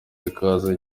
rikaza